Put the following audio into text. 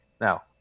Now